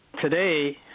today